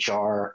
HR